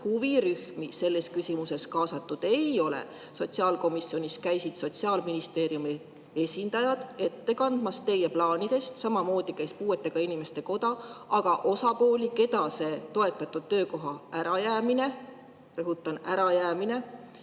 huvirühmi sellesse küsimusse kaasatud ei ole. Sotsiaalkomisjonis käisid Sotsiaalministeeriumi esindajad ette kandmas teie plaanidest, samamoodi käis puuetega inimeste koda, aga osapooli, keda see toetatud töökoha ärajäämine – rõhutan, ärajäämine!